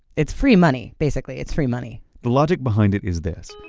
it's free money. basically, it's free money the logic behind it is this,